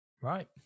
right